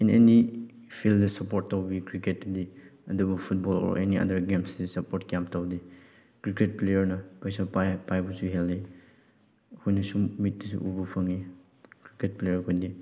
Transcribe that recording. ꯏꯟ any ꯐꯤꯜꯗ support ꯇꯧꯕꯤ ꯀ꯭ꯔꯤꯀꯦꯠꯇꯗꯤ ꯑꯗꯨꯕꯨ ꯐꯨꯠꯕꯣꯜ ꯑꯣꯔ ꯑꯦꯅꯤ ꯑꯗꯔ ꯒꯦꯝꯁꯇꯤ ꯁꯞꯄꯣꯔꯠ ꯀꯌꯥꯝ ꯇꯧꯗꯦ ꯀ꯭ꯔꯤꯀꯦꯠ ꯄ꯭ꯂꯦꯌꯔꯅ ꯄꯩꯁꯥ ꯄꯥꯏ ꯄꯥꯏꯕꯁꯨ ꯍꯦꯜꯂꯤ ꯑꯩꯈꯣꯏꯅ ꯁꯨꯝ ꯃꯤꯠꯇꯁꯨ ꯎꯕ ꯐꯪꯏ ꯀ꯭ꯔꯤꯀꯦꯠ ꯄ꯭ꯂꯦꯌꯔ ꯈꯣꯏꯗꯤ